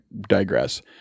digress